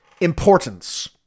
Importance